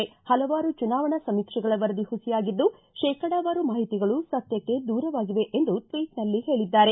ಹಲವಾರು ಚುನಾವಣಾ ಸಮೀಕ್ಷೆಗಳ ವರದಿ ಹುಸಿಯಾಗಿದ್ದು ಶೇಕಡವಾರು ಮಾಹಿತಿಗಳು ಸತ್ಯಕ್ಷೆ ದೂರವಾಗಿವೆ ಎಂದು ಟ್ವೀಟ್ನಲ್ಲಿ ಹೇಳಿದ್ದಾರೆ